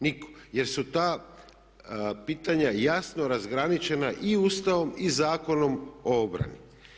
Nitko, jer su ta pitanja jasno razgraničena i Ustavom i Zakonom o obrani.